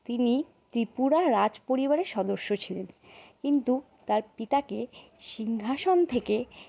তিনি ত্রিপুরা রাজ পরিবারের সদস্য ছিলেন কিন্তু তার পিতাকে সিংহাসন থেকে